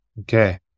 okay